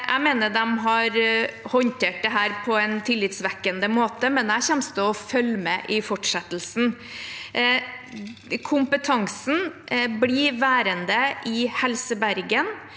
Jeg mener de har håndtert dette på en tillitvekkende måte, men jeg kommer til å følge med i fortsettelsen. Kompetansen blir værende i Helse Bergen.